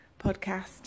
podcast